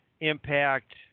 Impact